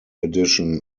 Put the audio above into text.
edition